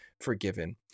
forgiven